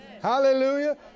Hallelujah